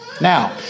Now